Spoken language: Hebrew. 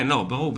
ברור.